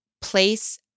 place